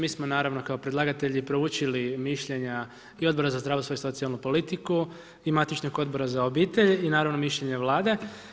Mi smo naravno kao predlagatelji proučili mišljenja i Odbora za zdravstvo i socijalnu politiku i matičnog Odbora za obitelj i naravno mišljenje Vlade.